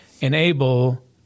enable